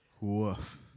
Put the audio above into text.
Woof